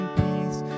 peace